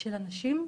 של אנשים,